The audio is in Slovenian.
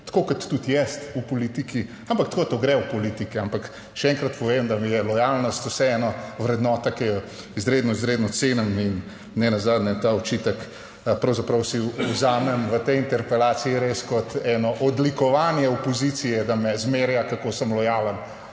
tako kot tudi jaz v politiki, ampak tako to gre v politiki. Ampak še enkrat povem, da mi je lojalnost vseeno vrednota, ki jo izredno, izredno cenim in nenazadnje ta očitek pravzaprav si vzamem v tej interpelaciji res kot eno odlikovanje opozicije, da me zmerja, kako sem lojalen.